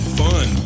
fun